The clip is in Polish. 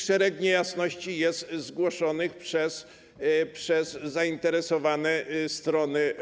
Szereg niejasności zostało zgłoszonych również przez zainteresowane strony.